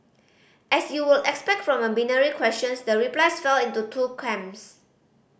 as you would expect from a binary questions the replies fell into two camps